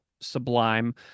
Sublime